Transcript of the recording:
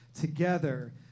together